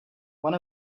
one